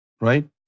Right